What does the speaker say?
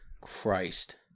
Christ